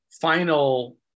final